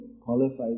qualified